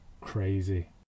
crazy